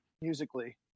musically